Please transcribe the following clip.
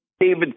David